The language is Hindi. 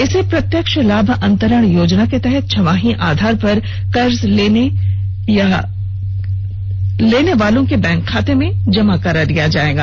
इसे प्रत्यक्ष लाभ अंतरण योजना के तहत छमाही आधार पर कर्ज लेने के वाले के बैंक खाते में जमा करा दिया जायेगा